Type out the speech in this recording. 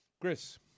Chris